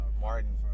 Martin